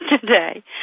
Today